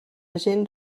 gent